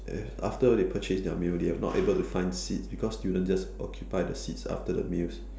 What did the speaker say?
uh after they purchase their meals they are not able to find seats because students just occupy the seats after the meals